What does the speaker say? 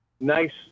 nice